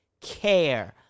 care